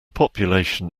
population